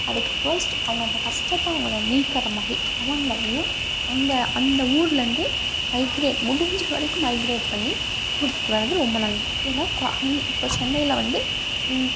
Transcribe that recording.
அதுக்கு ஃபஸ்ட் அவங்க அந்த கஷ்டத்த அவங்களை நீக்கிறமாதிரி அவர்களையும் அங்கே அந்த ஊரிலேருந்து மைக்ரேட் முடிஞ்சவரைக்கும் மைக்ரேட் பண்ணி கூட்டிகிட்டு வரது ரொம்ப நல்லது ஏன்னால் இப்போ சென்னையில் வந்து